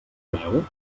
veu